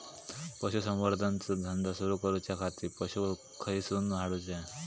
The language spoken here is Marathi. पशुसंवर्धन चा धंदा सुरू करूच्या खाती पशू खईसून हाडूचे?